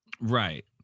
Right